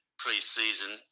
pre-season